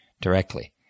directly